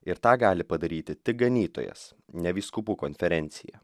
ir tą gali padaryti tik ganytojas ne vyskupų konferencija